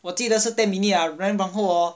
我记得是 ten minute ah then 然后 hor